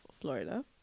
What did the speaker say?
Florida